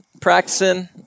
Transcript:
practicing